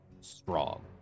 strong